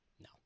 No